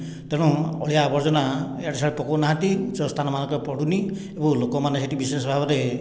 ତେଣୁ ଅଳିଆ ଆବର୍ଜନା ଇଆଡ଼େ ସିଆଡ଼େ ପକାଉନାହାନ୍ତି ଉଚ୍ଚସ୍ଥାନ ମାନଙ୍କରେ ପଡ଼ୁନାହିଁ ଏବଂ ଲୋକମାନେ ସେଇଠି ବିଶେଷ ଭାବରେ